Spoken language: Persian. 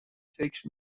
فکر